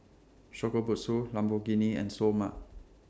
Shokubutsu Lamborghini and Seoul Mart